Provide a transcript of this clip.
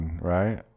right